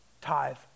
tithe